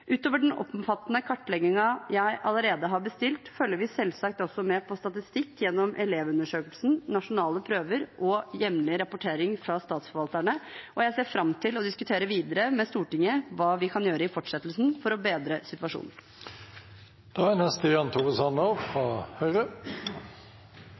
Utover den omfattende kartleggingen jeg allerede har bestilt, følger vi selvsagt også med på statistikk gjennom Elevundersøkelsen, nasjonale prøver og jevnlig rapportering fra statsforvalterne. Jeg ser også fram til å diskutere videre med Stortinget hva vi kan gjøre i fortsettelsen for å bedre situasjonen. Det er